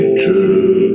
true